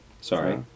sorry